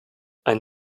ein